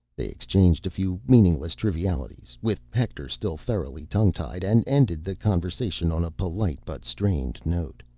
they exchanged a few meaningless trivialities with hector still thoroughly tongue-tied and ended the conversation on a polite but strained note.